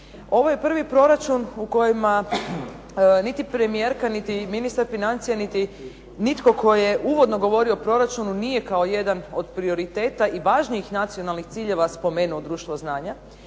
Ovo je prvi proračun u kojem niti premijerka, niti ministar financija, niti nitko tko je uvodno govorio o proračunu nije kao jedan od prioriteta i važnijih nacionalnih ciljeva spomenuo društvo znanja